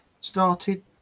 started